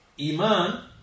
iman